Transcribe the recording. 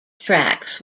tracks